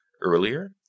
earlier